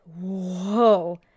Whoa